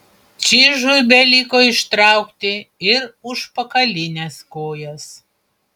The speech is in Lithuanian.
čižui beliko ištraukti ir užpakalines kojas